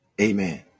Amen